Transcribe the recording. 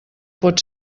pot